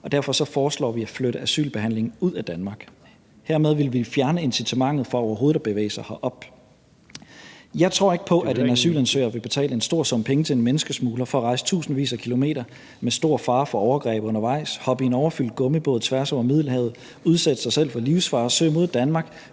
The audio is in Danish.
Derfor foreslår vi at flytte asylbehandlingen ud af Danmark. Hermed ville vi fjerne incitamentet til overhovedet at bevæge sig herop. Jeg tror ikke på, at en asylansøger vil betale en stor sum penge til en menneskesmugler for at rejse tusindvis af kilometer med stor fare for overgreb undervejs, hoppe i en overfyldt gummibåd tværs over Middelhavet, udsætte sig selv for livsfare, søge mod Danmark,